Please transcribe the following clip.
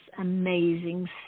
amazing